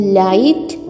light